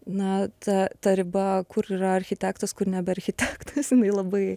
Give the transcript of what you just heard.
na ta ta riba kur yra architektas kur nebe architektas jinai labai